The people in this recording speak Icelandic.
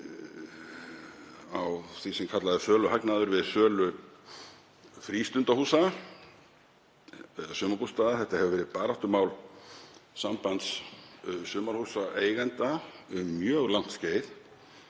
því sem kallað er söluhagnaður við sölu frístundahúsa eða sumarbústaða. Þetta hefur verið baráttumál Landssambands sumarhúsaeigenda um mjög langt skeið